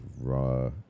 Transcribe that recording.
Raw